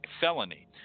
felony